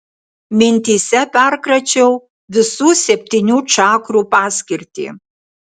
mintyse perkračiau visų septynių čakrų paskirtį